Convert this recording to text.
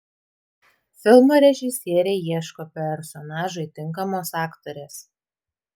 filmo režisieriai ieško personažui tinkamos aktorės